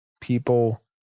people